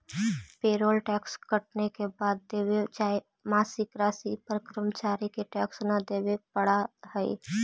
payroll tax कटने के बाद देवे जाए मासिक राशि पर कर्मचारि के टैक्स न देवे पड़ा हई